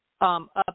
up